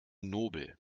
nobel